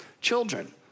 children